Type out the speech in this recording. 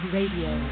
Radio